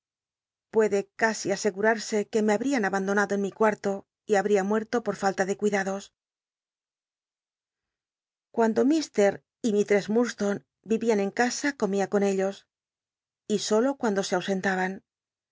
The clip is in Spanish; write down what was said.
puede casi asegurarse que me habl'ian abandonado en mi cuarto y habría muerto por falta de cuidados cuando y mistress liurdstonc rivian en casa comia con ellos y solo cuando se ausentaban